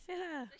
[sial] ah